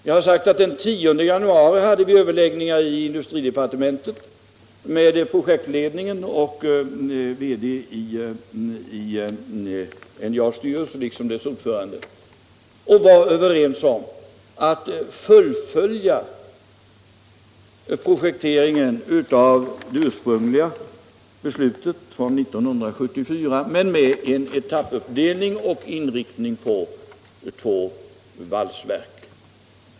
Jag har sagt att vi den 10 januari hade överläggningar i industridepartementet med projektledningen och VD i NJA:s styrelse, liksom dess ordförande. Vi var då överens om att fullfölja projekteringen av det ursprungliga beslutet från 1974 men med en etappuppdelning och inriktning på två valsverk.